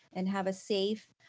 and have a safe,